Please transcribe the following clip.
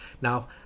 Now